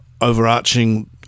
overarching